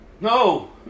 No